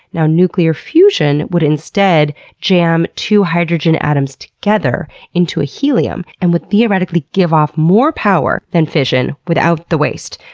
now, nuclear fusion would instead jam two hydrogen atoms together into a helium and would theoretically give off more power than fission without the waste.